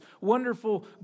wonderful